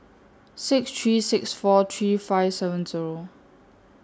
six three six four three five seven Zero